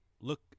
Look